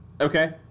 Okay